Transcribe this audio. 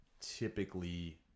typically